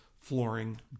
Flooring